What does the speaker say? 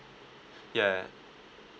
ya